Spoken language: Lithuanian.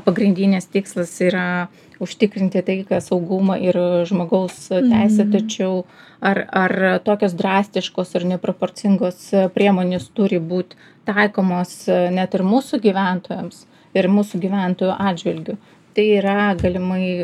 pagrindinis tikslas yra užtikrinti taiką saugumą ir žmogaus teisę tačiau ar ar tokios drastiškos ir neproporcingos priemonės turi būt taikomos net ir mūsų gyventojams ir mūsų gyventojų atžvilgiu tai yra galimai